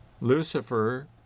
Lucifer